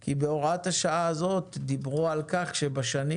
כי בהוראת השעה הזאת דיברו על כך שבשנים